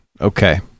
Okay